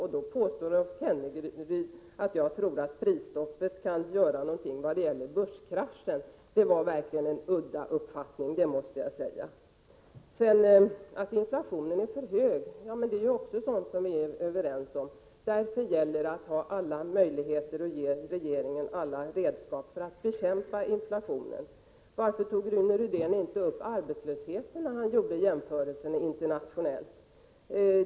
Rolf Kenneryd påstår att jag skulle tro att prisstoppet kan göra någonting åt problemen i samband med börskraschen. Det var verkligen ett udda sätt att uppfatta vad jag sade. Att inflationen är för hög är också något som vi är överens om. Det är därför som det gäller att ge regeringen alla möjligheter och redskap för att bekämpa inflationen. Varför tog Rune Rydén inte upp arbetslösheten när han gjorde jämförelser internationellt?